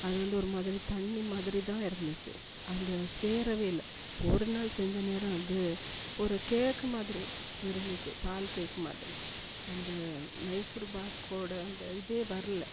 அது வந்து ஒருமாதிரி தண்ணிமாதிரிதான் இருந்துச்சு அந்த சேரவே இல்லை ஒரு நாள் செஞ்ச நேரம் வந்து ஒரு கேக்கு மாதிரி இருந்துச்சு பால் கேக் மாதிரி அந்த மைசூர் பாக்கோட அந்த இதே வரல